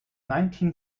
nineteen